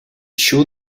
sure